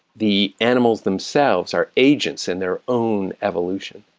the animals themselves are agents in their own evolution.